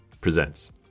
presents